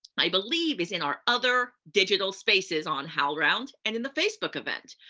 i believe, is in our other digital spaces on howlround and in the facebook event.